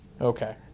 Okay